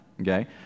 Okay